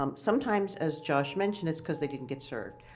um sometimes, as josh mentioned, it's because they didn't get served,